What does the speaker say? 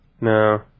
No